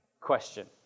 question